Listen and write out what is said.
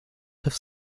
total